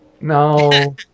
No